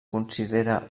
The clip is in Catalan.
considera